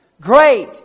great